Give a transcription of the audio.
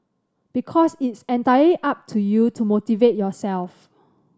because it's entirely up to you to motivate yourself